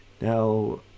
Now